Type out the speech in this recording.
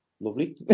Lovely